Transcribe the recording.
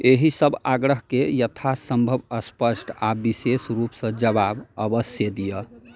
एहिसब आग्रहके यथासम्भव स्पष्ट आओर विशेष रूपसँ जवाब अवश्य दिअऽ